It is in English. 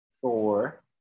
four